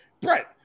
Brett